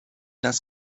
das